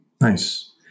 Nice